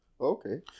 Okay